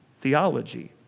theology